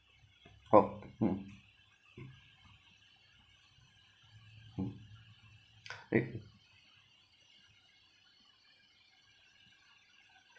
how mm mm right